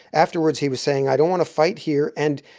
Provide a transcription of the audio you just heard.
afterwards, he was saying, i don't want to fight here. and,